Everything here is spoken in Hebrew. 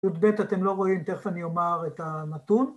‫י"ב אתם לא רואים ‫תכף אני אומר את הנתון